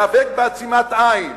להיאבק בעצימת עין,